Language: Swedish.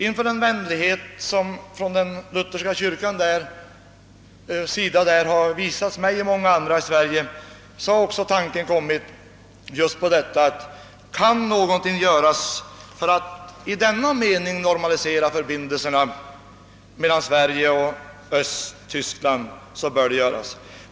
Inför en vänlighet som på detta sätt visats mig och andra i Sverige av den Lutherska kyrkan har tanken uppkommit, att kan någonting göras för att normalisera förbindelserna mellan Sverige och Östtyskland, så bör det göras.